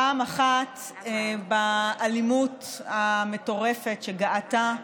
פעם אחת, באלימות המטורפת שגאתה.